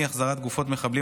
אי-החזרת גופות מחבלים),